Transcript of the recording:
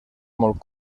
molt